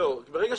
לא,